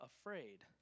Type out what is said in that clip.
afraid